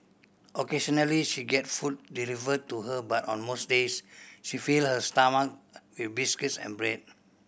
occasionally she get food delivered to her but on most days she fill her stomach with biscuits and bread